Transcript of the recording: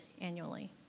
annually